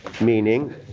meaning